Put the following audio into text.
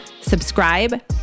subscribe